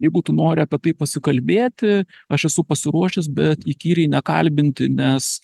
jeigu tu nori apie tai pasikalbėti aš esu pasiruošęs bet įkyriai nekalbinti nes